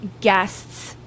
guests